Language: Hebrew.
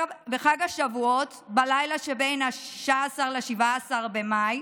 בחג השבועות, בלילה שבין 16 ל-17 במאי,